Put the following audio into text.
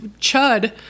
Chud